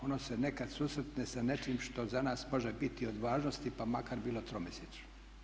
Ono se nekad susretne sa nečim što za nas može biti od važnosti pa makar bilo tromjesečno.